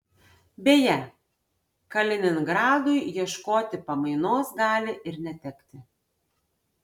beje kaliningradui ieškoti pamainos gali ir netekti